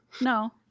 No